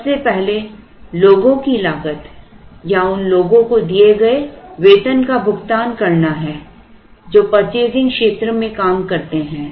सबसे पहले लोगों की लागत या उन लोगों को दिए गए वेतन का भुगतान करना है जो परचेसिंग क्षेत्र में काम करते हैं